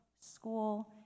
school